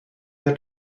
wir